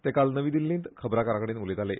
ते काल नवी दिल्लींत खबरांकारां कडेन उलयताले